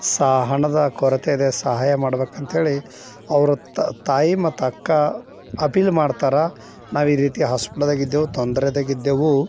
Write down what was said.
ಸಾ ಹಣದ ಕೊರತೆಯಿದೆ ಸಹಾಯ ಮಾಡ್ಬೇಕು ಅಂತಹೇಳಿ ಅವ್ರ ತಾಯಿ ಮತ್ತು ಅಕ್ಕ ಅಪೀಲ್ ಮಾಡ್ತಾರೆ ನಾವು ಈ ರೀತಿ ಹಾಸ್ಪಿಟ್ಲದಾಗೆ ಇದ್ದೇವೆ ತೊಂದ್ರೆದಾಗೆ ಇದ್ದೇವೆ